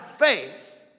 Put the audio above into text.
faith